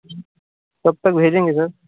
कब तक भेजेंगे सर